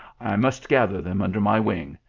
i must gather them under my wing,